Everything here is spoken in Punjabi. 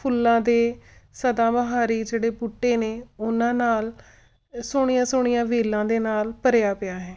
ਫੁੱਲਾਂ ਦੇ ਸਦਾ ਬਹਾਰੀ ਜਿਹੜੇ ਬੂਟੇ ਨੇ ਉਹਨਾਂ ਨਾਲ ਸੋਹਣੀਆ ਸੋਹਣੀਆਂ ਵੇਲਾਂ ਦੇ ਨਾਲ ਭਰਿਆ ਪਿਆ ਹੈ